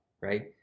right